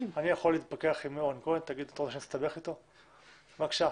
שלום.